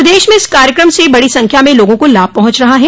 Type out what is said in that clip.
प्रदेश में इस कार्यक्रम से बड़ी संख्या में लोगों को लाभ पहुँच रहा है